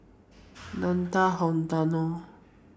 Nathan Hartono